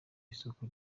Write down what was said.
isoko